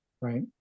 right